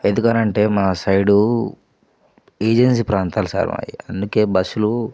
ఎందుకని అంటే మన సైడు ఏజెన్సీ ప్రాంతాలు సార్ మావి అందుకే బస్సులు